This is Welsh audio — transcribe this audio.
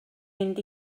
mynd